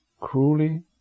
cruelly